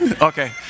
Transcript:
Okay